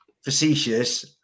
Facetious